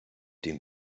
den